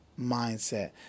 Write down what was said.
mindset